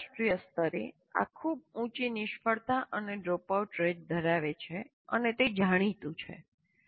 આંતરરાષ્ટ્રીય સ્તરે આ ખૂબ ઉંચી નિષ્ફળતા અને ડ્રોપઆઉટ રેટ ધરાવે છે અને તે જાણીતું છે